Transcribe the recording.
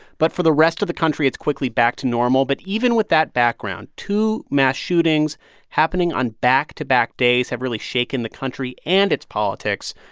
but for the rest of the country, it's quickly back to normal. but even with that background, two mass shootings happening on back-to-back days have really shaken the country and its politics.